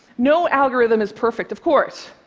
no algorithm is perfect, of course,